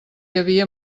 havia